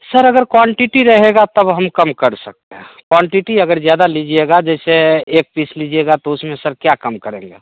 sir अगर quantity रहेगा तब हम कम कर सकते हैं क्वांटिटी अगर ज्यादा लीजिएगा जैसे एक पीस लीजिएगा तो उसमें सर क्या कम करेंगे